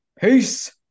peace